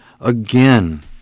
again